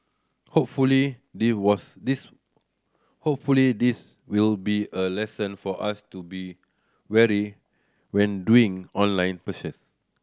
hopefully they was this hopefully this will be a lesson for us to be warier when doing online purchase